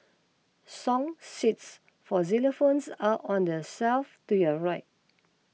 song sheets for xylophones are on the shelf to your right